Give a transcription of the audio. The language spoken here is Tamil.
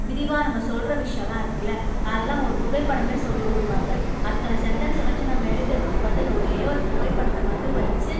விரிவாக நம்ம சொல்கிற விஷயலாம் இருக்குல்ல அதல்லாம் ஒரு புகைப்படமே சொல்லிடும்னுவாங்க அத்தனை சென்டன்ஸை வச்சு நம்ம எழுதுகிறத்துக்கு பதில் ஒரே ஒரு புகை படத்தை மட்டும் வச்சு